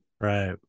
Right